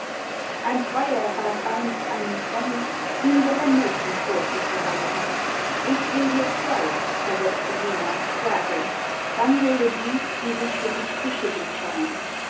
ein freier bat einst einen freund ihm doch ein mädchen vorzuschlagen ich will dir zwei versetzte jener sagen dann wähle die die sich für dich zu schicken scheint